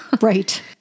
Right